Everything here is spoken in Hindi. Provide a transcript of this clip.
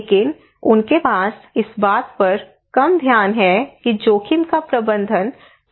लेकिन उनके पास इस बात पर कम ध्यान है कि जोखिम का प्रबंधन कैसे किया जाए